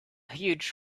huge